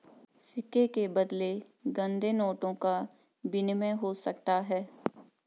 सिक्के के बदले गंदे नोटों का विनिमय हो सकता है